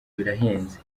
birahenze